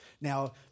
Now